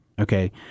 Okay